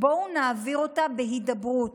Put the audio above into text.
בואו נעביר אותה בהידברות,